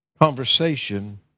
conversation